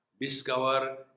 Discover